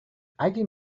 اگه